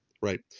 right